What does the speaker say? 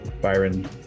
Byron